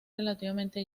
relativamente